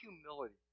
humility